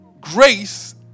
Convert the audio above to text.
Grace